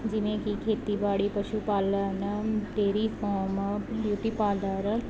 ਜਿਵੇਂ ਕਿ ਖੇਤੀਬਾੜੀ ਪਸ਼ੂ ਪਾਲਣ ਡਾਇਰੀ ਫਾਰਮ ਬਿਊਟੀ ਪਾਰਲਰ